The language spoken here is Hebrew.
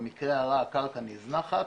במקרה הרע הקרקע נזנחת,